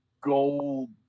gold